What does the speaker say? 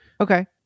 Okay